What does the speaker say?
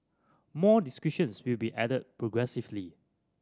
more descriptions will be added progressively